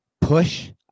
push